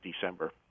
December